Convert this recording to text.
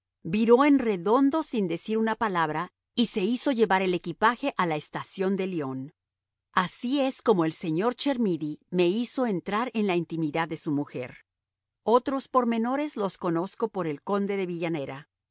viró en redondo sin decir una palabra y se hizo llevar el equipaje a la estación de lyón así es cómo el señor chermidy me hizo entrar en la intimidad de su mujer otros pormenores los conozco por el conde de villanera